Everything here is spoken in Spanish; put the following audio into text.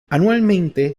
anualmente